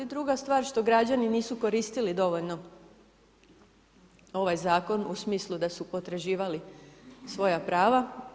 Druga stvar, što građani nisu koristili dovoljno ovaj Zakon u smislu da su potraživali svoja prava.